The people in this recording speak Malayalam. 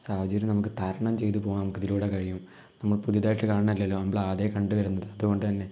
സാഹചര്യം നമുക്ക് തരണം ചെയ്തു പോവാൻ നമുക്ക് ഇതിലൂടെ കഴിയും നമ്മൾ പുതുതായിട്ട് കാണലല്ലോ നമ്മള് ആദ്യ കണ്ടുവരുന്നത് അതുകൊണ്ട് തന്നെ